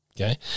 Okay